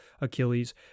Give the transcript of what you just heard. Achilles